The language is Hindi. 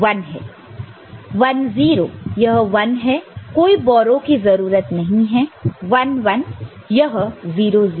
1 0 यह 1 है कोई बोरो की जरूरत नहीं है 1 1 यह 0 0 है